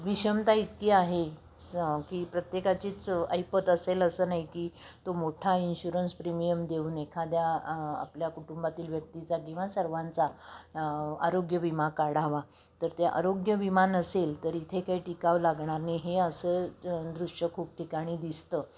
विषमता इतकी आहे स की प्रत्येकाचीच ऐपत असेल असं नाही की तो मोठा इन्श्युरन्स प्रीमियम देऊन एखाद्या आपल्या कुटुंबातील व्यक्तीचा किंवा सर्वांचा आरोग्य विमा कार्ड हवा तर ते आरोग्य विमा नसेल तर इथे काही टिकाव लागणार नाही हे असं दृश्य खूप ठिकाणी दिसतं